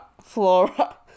Flora